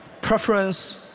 preference